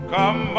Come